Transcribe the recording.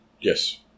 Yes